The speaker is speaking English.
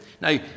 Now